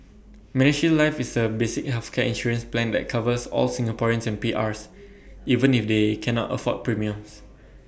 medishield life is A basic healthcare insurance plan that covers all Singaporeans and PRs even if they cannot afford premiums